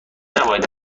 نباید